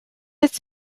its